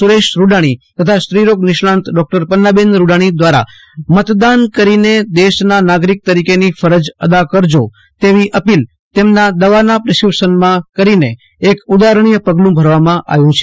સુરેશ રૂડાણી તથા સ્ત્રીરોગ નિષ્ણાત ડોકટર પન્નાબેન રૂડાણી દ્વારા મતદાન કરીને દેશના નાગરિક તરીકેની ફરજ અદા કરજો તેવી અપીલ તેમના પ્રીસ્ક્રીપ્શનમાં કરીને એક ઉદાહરણરૂપ પગલું ભરવામાં આવ્યું છે